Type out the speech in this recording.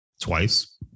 twice